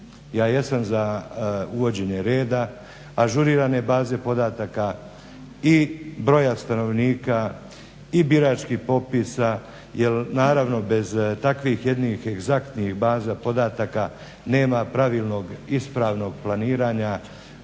Ja jesam za uvođenje reda, ažurirane baze podataka i broja stanovnika i biračkih popisa jer naravno, bez takvih jednih egzaktnih baza podataka nema pravilnog, ispravnog planiranja